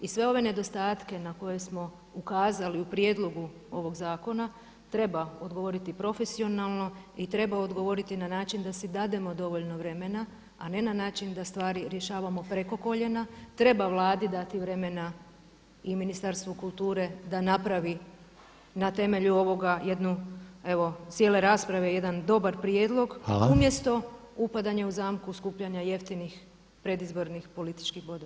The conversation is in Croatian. I sve ove nedostatke na koje smo ukazali u prijedlogu ovog zakona treba odgovoriti profesionalno i treba odgovoriti na način da si dademo dovoljno vremena, a ne na način da stvari rješavamo preko koljena, treba Vladi dati vremena i Ministarstvu kulture da napravi na temelju ovoga jednu cijele rasprave jedan dobar prijedlog umjesto upadanja u zamku skupljanja jeftinih predizbornih političkih bodova.